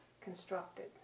constructed